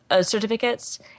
certificates